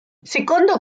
secondo